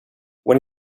when